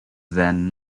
then